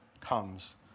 comes